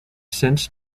since